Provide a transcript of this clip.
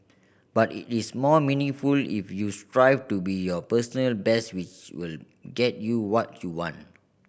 but it is more meaningful if you strive to be your personal best which will get you what you want